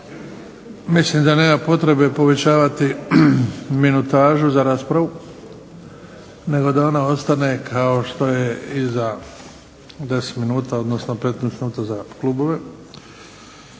Mislim da nema potrebe povećavati minutažu za raspravu nego da ona ostane kao što je ona 10 minuta odnosno 15 minuta za klubove.